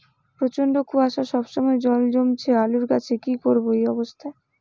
প্রচন্ড কুয়াশা সবসময় জল জমছে আলুর গাছে কি করব এই অবস্থায়?